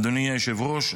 אדוני היושב-ראש,